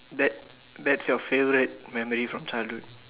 that that's your favourite memory from childhood